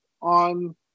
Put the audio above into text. on